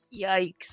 yikes